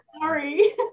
sorry